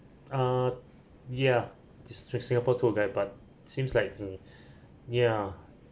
uh yeah this singapore tour guide but seems like mm ya